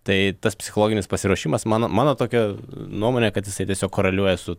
tai tas psichologinis pasiruošimas mano mano tokia nuomonė kad jisai tiesiog koreliuoja su